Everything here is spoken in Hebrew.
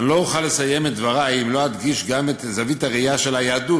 אני לא אוכל לסיים את דברי אם לא אדגיש גם את זווית הראייה של היהדות.